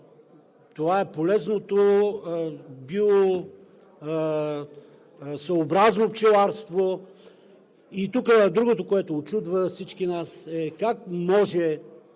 Това е полезното биосъобразно пчеларство. И тук другото, което учудва всички нас, е как може